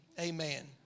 Amen